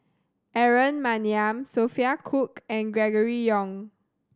Aaron Maniam Sophia Cooke and Gregory Yong